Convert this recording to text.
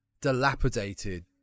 dilapidated